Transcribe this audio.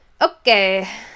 Okay